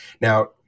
Now